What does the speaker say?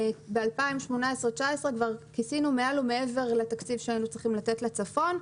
שב-2018 ו-2019 כבר כיסינו מעל ומעבר לתקציב שהיינו צריכים לתת לצפון.